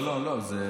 לא, לא, לא.